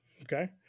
Okay